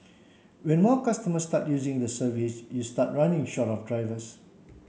when more customers start using the service you start running short of drivers